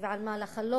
ועל מה לחלוק,